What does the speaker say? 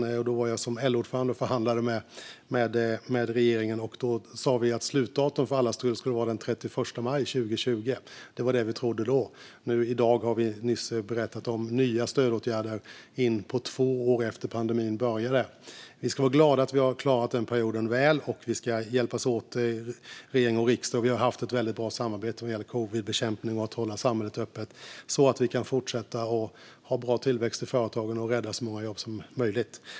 Då förhandlade jag som LO-ordförande med regeringen, och vi sa att slutdatum för alla stöd skulle vara den 31 maj 2020. Det var det vi trodde då. I dag, nyss, snart två år efter att pandemin började, har vi berättat om nya stödåtgärder. Vi ska vara glada att vi har klarat den perioden väl, och vi ska hjälpas åt i regering och riksdag. Vi har haft ett väldigt bra samarbete vad gäller covidbekämpning och att hålla samhället öppet så att vi kan fortsätta att ha en bra tillväxt i företagen och rädda så många jobb som möjligt.